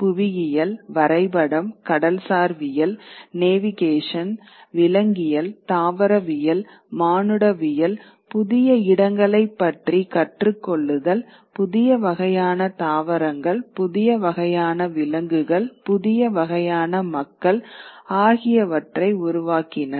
புவியியல் வரைபடம் கடல்சார்வியல் நேவிகேஷன் விலங்கியல் தாவரவியல் மானுடவியல் புதிய இடங்களைப் பற்றி கற்றுக் கொள்ளுதல் புதிய வகையான தாவரங்கள் புதிய வகையான விலங்குகள் புதிய வகையான மக்கள் ஆகியவற்றைப் உருவாக்கினர்